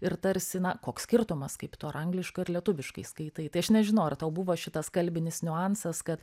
ir tarsi na koks skirtumas kaip tu ar angliškai ar lietuviškai skaitai tai aš nežinau ar tau buvo šitas kalbinis niuansas kad